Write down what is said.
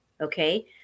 Okay